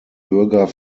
bürger